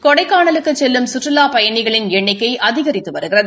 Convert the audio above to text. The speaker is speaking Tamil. கொடைக்கானலுக்கு செல்லும் சுற்றுலாப் பயணிகளின் எண்ணிக்கை அதிகரித்து வருகிறது